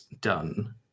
done